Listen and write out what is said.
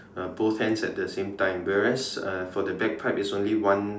uh both hands at the same time whereas uh for the bagpipe it's only one